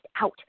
out